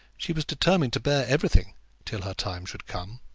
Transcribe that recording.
she was determined to bear everything till her time should come.